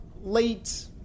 late